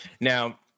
Now